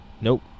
Nope